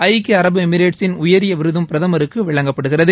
ஐக்கிய அரபு எமிரேட்ஸின் உயரிய விருதும் பிரதமருக்கு வழங்கப்படுகிறது